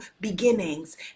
beginnings